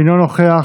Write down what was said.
אינו נוכח,